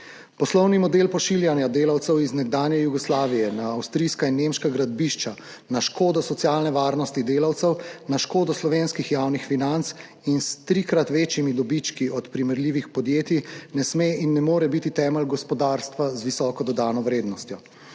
Poslovni model pošiljanja delavcev iz nekdanje Jugoslavije na avstrijska in nemška gradbišča na škodo socialne varnosti delavcev, na škodo slovenskih javnih financ in s trikrat večjimi dobički od primerljivih podjetij ne sme in ne more biti temelj gospodarstva z visoko dodano vrednostjo.